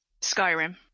skyrim